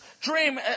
dream